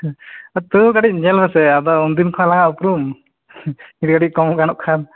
ᱛᱟᱣ ᱠᱟᱹᱴᱤᱡ ᱧᱮᱞ ᱢᱮᱥᱮ ᱟᱫᱚ ᱩᱱᱫᱤᱱ ᱠᱷᱚᱱ ᱟᱞᱟᱝ ᱟᱜ ᱩᱯᱨᱩᱢ ᱠᱟᱴᱤᱡ ᱠᱚᱢ ᱜᱟᱱᱚᱜ ᱠᱷᱟᱱ